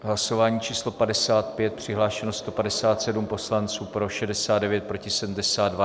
Hlasování číslo 55, přihlášeno 157 poslanců, pro 69, proti 72.